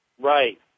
Right